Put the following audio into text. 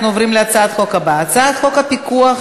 אנחנו עוברים להצעת החוק הבאה: הצעת חוק הפיקוח